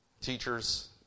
teachers